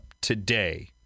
today